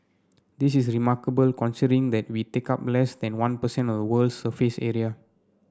this is remarkable considering that we take up less than one per cent of the world's surface area